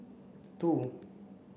two